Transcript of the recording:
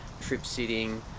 trip-sitting